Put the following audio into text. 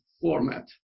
format